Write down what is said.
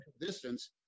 distance